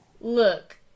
Look